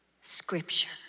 Scripture